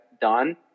done